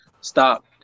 stop